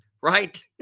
right